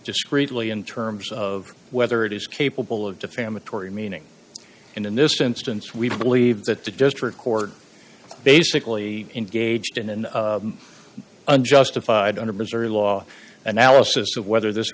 discreetly in terms of whether it is capable of defamatory meaning and in this instance we believe that the district court basically engaged in an unjustified under missouri law analysis of whether this